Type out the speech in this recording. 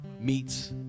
Meets